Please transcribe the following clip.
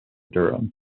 durham